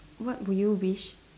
what would you wish